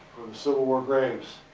civil war graves.